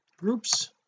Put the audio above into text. groups